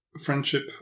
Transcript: friendship